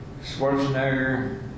Schwarzenegger